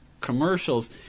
commercials